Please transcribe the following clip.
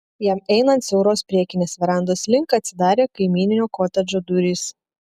jam einant siauros priekinės verandos link atsidarė kaimyninio kotedžo durys